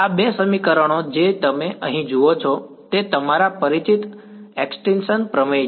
આ બે સમીકરણો જે તમે અહીં જુઓ છો તે તમારા પરિચિત એક્સટીંશન પ્રમેય છે